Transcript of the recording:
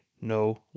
no